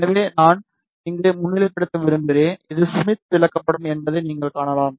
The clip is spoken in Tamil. எனவே நான் இங்கே முன்னிலைப்படுத்த விரும்புகிறேன் இது ஸ்மித் விளக்கப்படம் என்பதை நீங்கள் காணலாம்